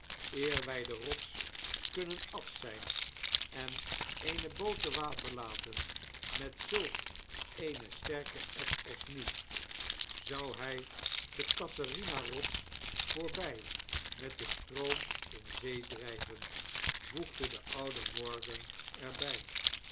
wij de rots kunnen af zyn en eene bootte water laten met zulk eene sterke eb als nu zou hy de catherina-rots voorby met den stroom in zee dryven voegdedeoude morgan er by